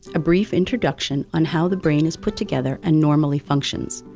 a brief introduction on how the brain is put together and normally functions,